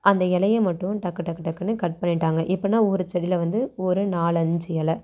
அந்த இலையை மட்டும் டக்கு டக்கு டக்குனு கட் பண்ணிட்டாங்க எப்போனா ஒரு செடியில வந்து ஒரு நாலஞ்சு இல